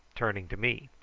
turning to me.